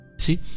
See